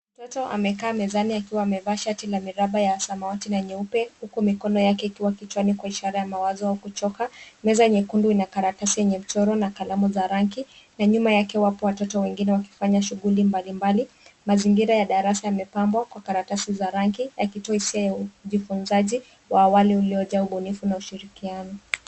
Mtoto amekaa mezani akiwa amevaa shati la miraba ya samawati, na nyeupe, huku mikono yake ikiwa kichwani kwa ishara ya mawazo, au kuchoka. Meza nyekundu ina karatasi yenye mchoro, na kalamu za rangi, na nyuma yake wapo watoto wengine wakifanya shughuli mbalimbali, mazingira ya darasa yamepambwa, kwa karatasi za rangi, yakitoa hisia ya ujifunzaji, wa awali uliojaa ubunifu, na ushirikiano.